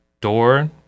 door